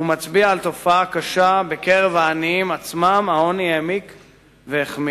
הוא מצביע על תופעה קשה: בקרב העניים עצמם העוני העמיק והחמיר.